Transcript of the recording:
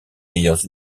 meilleures